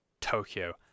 Tokyo